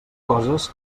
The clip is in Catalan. coses